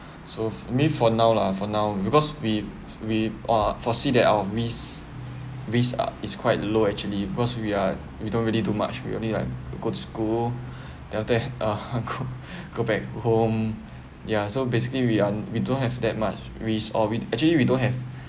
so me for now lah for now because we we uh foresee that our risk risk uh is quite low actually because we are we don't really do much we only like go to school uh go back home ya so basically we are we don't have that much risk or we actually we don't have